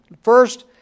First